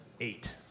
Eight